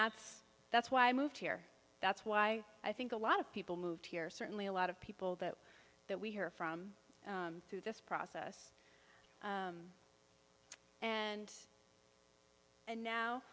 that's that's why i moved here that's why i think a lot of people moved here certainly a lot of people that that we hear from through this process and and now